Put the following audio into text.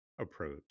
approach